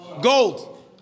Gold